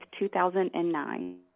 2009